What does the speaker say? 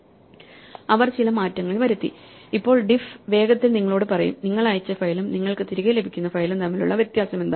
അവർ ചില മാറ്റങ്ങൾ വരുത്തി ഇപ്പോൾ diff വേഗത്തിൽ നിങ്ങളോട് പറയും നിങ്ങൾ അയച്ച ഫയലും നിങ്ങൾക് തിരികെ ലഭിക്കുന്ന ഫയലും തമ്മിലുള്ള വ്യത്യാസമെന്താണ്